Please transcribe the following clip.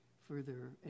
further